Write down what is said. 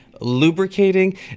lubricating